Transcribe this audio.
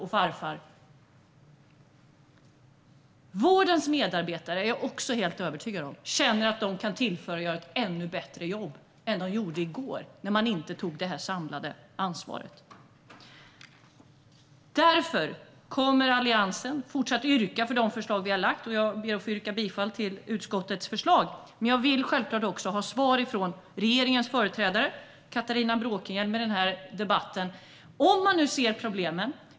Jag är också helt övertygad om att vårdens medarbetare känner att de kan göra ett ännu bättre än vad de gjorde i går, då man inte tog det samlade ansvaret. Därför yrkar Alliansen bifall till de förslag som vi har lagt fram, och jag ber att få yrka bifall till utskottets förslag. Men jag vill ha svar på en del frågor från regeringens företrädare Catharina Bråkenhielm i den här debatten.